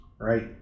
right